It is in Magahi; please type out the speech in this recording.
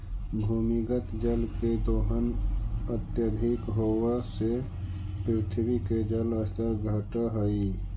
भूमिगत जल के दोहन अत्यधिक होवऽ से पृथ्वी के जल स्तर घटऽ हई